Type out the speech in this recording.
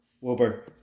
Wilbur